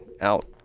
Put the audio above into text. out